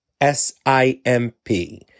S-I-M-P